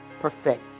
perfect